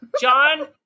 John